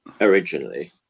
originally